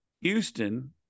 Houston